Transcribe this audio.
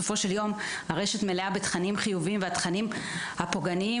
הרשת מלאה בתכנים חיוביים והתכנים הפוגעניים